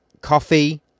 coffee